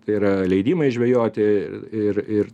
tai yra leidimai žvejoti ir ir